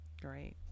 Great